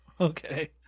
Okay